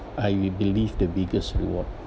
I will believe the biggest reward